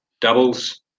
doubles